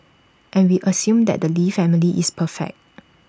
and we assume that the lee family is perfect